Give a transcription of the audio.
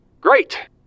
Great